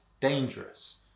dangerous